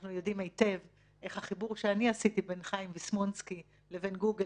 אנחנו יודעים היטב איך החיבור שאני עשיתי בין חיים ויסמונסקי לבין גוגל